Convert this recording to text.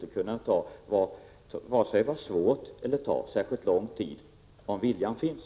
Det skulle varken vara svårt eller ta särskilt lång tid att göra det, om viljan fanns.